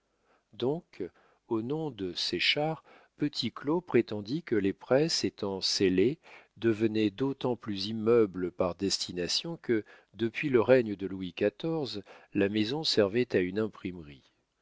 donc au nom de séchard petit claud prétendit que les presses étant scellées devenaient d'autant plus immeubles par destination que depuis le règne de louis xiv la maison servait à une imprimerie